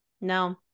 No